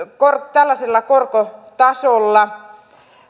tällaisella korkotasolla